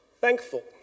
Thankful